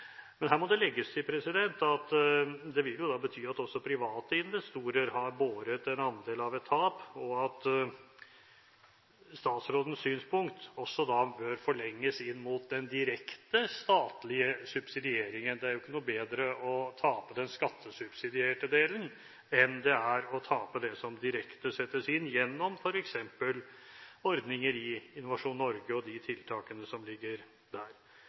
Men her må det legges til at det vil jo da bety at også private investorer har båret en andel av et tap, og at statsrådens synspunkt også da bør forlenges inn mot den direkte statlige subsidieringen. Det er jo ikke noe bedre å tape den skattesubsidierte delen enn det er å tape det som direkte settes inn gjennom f.eks. ordninger i Innovasjon Norge og de tiltakene som ligger der.